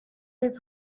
his